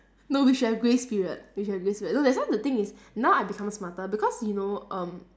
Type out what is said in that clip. no we should have grace period we should have grace period no that's why the thing is now I become smarter because you know um